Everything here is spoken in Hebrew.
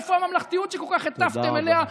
איפה הממלכתיות שכל כך הטפתם לה?